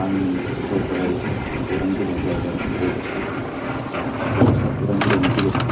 आंनि फेभ्राइट खौरां बिलाइआनो जाहैबाय बड'सा दा बड'सा खौरां बिलाइनि गेजेरजों